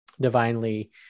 divinely